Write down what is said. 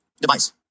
Device